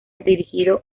dirigido